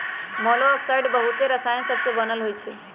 मोलॉक्साइड्स बहुते रसायन सबसे बनल होइ छइ